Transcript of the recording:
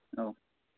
औ